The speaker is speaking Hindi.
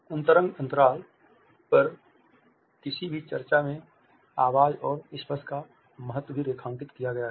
अंतरंग अंतराल पर किसी भी चर्चा में आवाज़ और स्पर्श का महत्व भी रेखांकित किया गया है